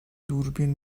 دوربین